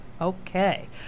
Okay